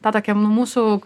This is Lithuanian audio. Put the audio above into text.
tą tokią nu mūsų